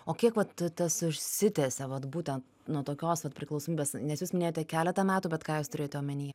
o kiek vat tas išsitęsia vat būtent nuo tokios vat priklausomybės nes jūs minėjote keletą metų bet ką jūs turėjote omeny